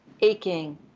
aching